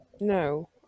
no